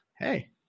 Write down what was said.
hey